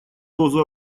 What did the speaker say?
дозу